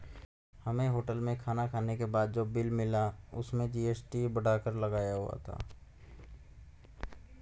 हमें होटल में खाना खाने के बाद जो बिल मिला उसमें जी.एस.टी बढ़ाकर लगाया हुआ था